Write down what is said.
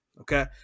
Okay